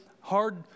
hard